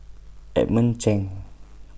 Edmund Cheng